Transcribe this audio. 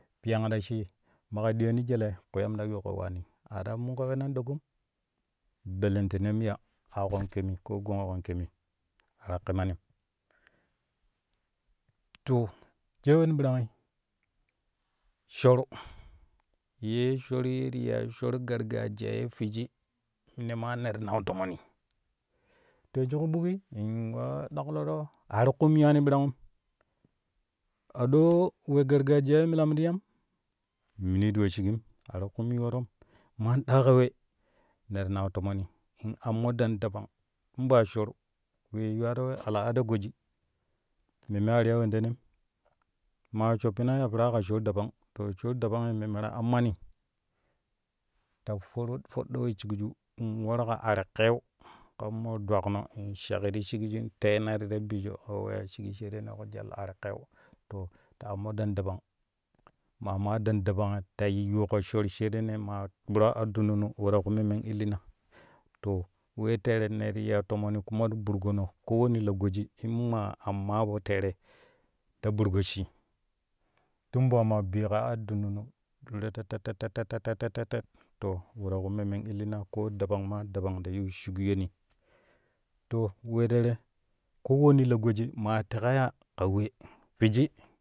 Piyang ta shii maƙa diyon ti jelci kpiyam ta yuuƙo waani a ta minƙo wenam ɗoƙum belle tenem ya aaƙo kemi ke ta kemanim to sai wen ɓirargi shor ye shor ye ti ya shor gargajiya ye fwiji ne maa ne ti nau tomoni to yanju ƙuɓuki in waa ɗakloro a ti ƙum yaani ɓirangum a ɗoo we gargajiya ye milam ti yam mini te we shigim a ti ƙum yoorom man ɗaa ka we ne ti nau tomoni in amma dan dabang in ba shor ye yuwaro ve alada goji memme ti ya wendenem maa shoppina ya peraa ka shor dabang to shor dabangi memme ta ammani to feru foɗɗo we shikju in waru ka arkeu kan mov dwakuno in shaƙi ti shikyu teena ti ta biiju ka we ya shikju she tenejwal arkeu to ta ammo dan dabang maa amma dan dabangi ta yuuƙo shor she tene maa tura adununu we ta ku memmen ilhina to wee tere ne ti ya tomoni kuma ti burgono kowane lagoji in maa amma po tere la burgo shii tun ba maa ɓika adununu rade te tete tetete to we ta ku memmen illina ko dabang maa dabang tu yiu shugyoni to we tere kowane lagoji ma teƙa ya fwiji.